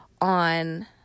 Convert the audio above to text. on